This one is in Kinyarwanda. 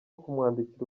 kumwandikira